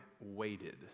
waited